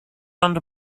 under